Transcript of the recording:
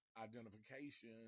identification